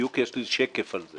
בדיוק יש לי שקף על זה.